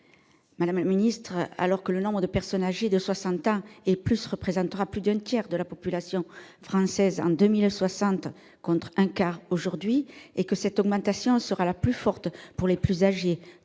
Madame la secrétaire d'État, alors que le nombre de personnes âgées de 60 ans et plus représentera plus d'un tiers de la population française en 2060, contre un quart aujourd'hui, et que l'augmentation la plus forte concernera les plus âgés-